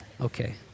Okay